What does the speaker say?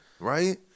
Right